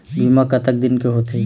बीमा कतक दिन के होते?